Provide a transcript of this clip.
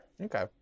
Okay